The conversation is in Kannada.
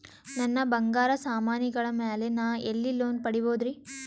ನನ್ನ ಬಂಗಾರ ಸಾಮಾನಿಗಳ ಮ್ಯಾಲೆ ನಾ ಎಲ್ಲಿ ಲೋನ್ ಪಡಿಬೋದರಿ?